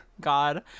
God